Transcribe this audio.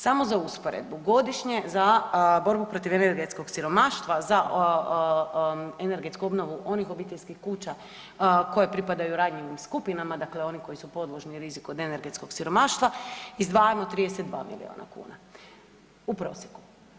Samo za usporedbu, godišnje za borbu protiv energetskog siromaštva za energetsku obnovu onih obiteljskih kuća koje pripadaju ranjivim skupinama, dakle oni koji su podložni riziku od energetskog siromaštva izdvajamo 32 milijuna kuna u prosjeku.